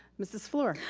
mrs. fluor.